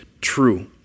true